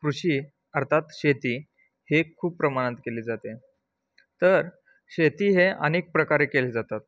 कृषी अर्थात शेती हे खूप प्रमाणात केले जाते तर शेती हे अनेक प्रकारे केले जातात